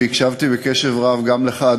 והקשבתי בקשב רב גם לך,